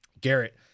Garrett